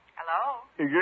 Hello